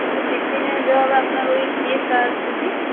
টিফিনে দেওয়া হবে আপনার ওই কেক আর ফ্র্রুটি